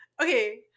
okay